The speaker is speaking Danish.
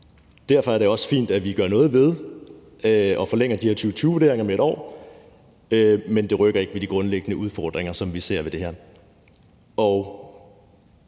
Derfor er det også fint, at vi gør noget ved det og forlænger de her 2020-vurderinger med 1 år, men det rykker ikke ved de grundlæggende udfordringer, som vi ser ved det her.